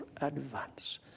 advance